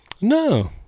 No